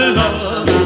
love